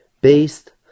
based